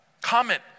comment